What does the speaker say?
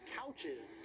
couches